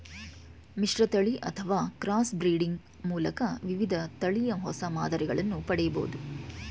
ಮಿಶ್ರತಳಿ ಅಥವಾ cross breeding ಮೂಲಕ ವಿವಿಧ ತಳಿಯ ಹೊಸ ಮಾದರಿಗಳನ್ನು ಪಡೆಯಬೋದು